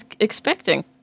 expecting